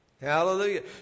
Hallelujah